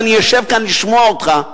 ואני אשב כאן לשמוע אותך,